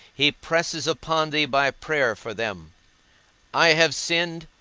he presses upon thee by prayer for them i have sinned,